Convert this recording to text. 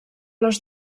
les